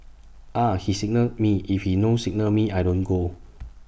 Ah He signal me if he no signal me I don't go